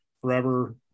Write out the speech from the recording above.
forever